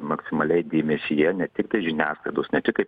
maksimaliai dėmesyje ne tiktai žiniasklaidos ne tik kaip